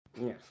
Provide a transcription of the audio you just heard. Yes